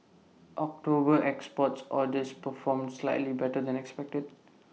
October export orders performed slightly better than expected